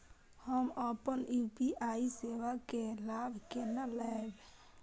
हम अपन यू.पी.आई सेवा के लाभ केना लैब?